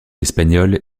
espagnole